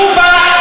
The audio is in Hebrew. הוא בא,